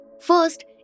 First